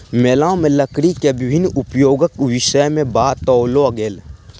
मेला में लकड़ी के विभिन्न उपयोगक विषय में बताओल गेल